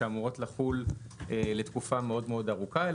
שאמורות לחול לתקופה מאוד מאוד ארוכה,